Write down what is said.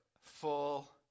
full